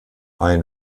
ein